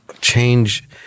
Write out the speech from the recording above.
change